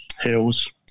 hills